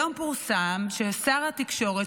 היום פורסם ששר התקשורת,